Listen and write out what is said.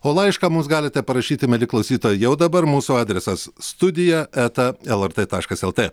o laišką mums galite parašyti mieli klausytojai jau dabar mūsų adresas studija eta lrt taškas lt